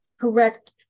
correct